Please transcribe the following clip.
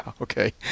okay